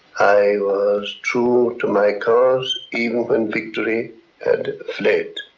i was true to my cause even when victory had fled.